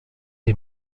des